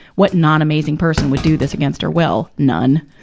what non-amazing person would do this against her will? none.